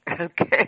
Okay